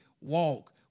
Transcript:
walk